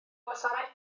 gwasanaeth